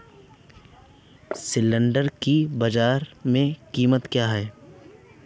सिल्ड्राल की बाजार में कीमत क्या है?